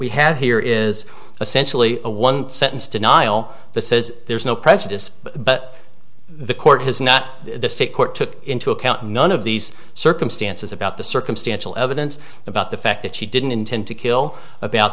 we have here is essentially a one sentence denial that says there's no prejudice but the court has not the state court took into account none of these circumstances about the circumstantial evidence about the fact that she didn't intend to kill about